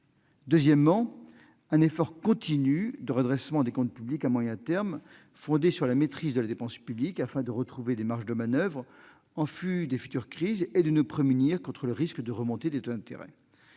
Deuxièmement, un effort continu de redressement des comptes publics à moyen terme, fondé sur la maîtrise de la dépense publique, afin de retrouver des marges de manoeuvre en vue des futures crises et de nous prémunir contre le risque de remontée des taux d'intérêt.